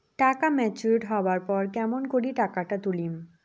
টাকা ম্যাচিওরড হবার পর কেমন করি টাকাটা তুলিম?